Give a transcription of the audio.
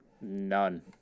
None